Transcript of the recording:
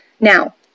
Now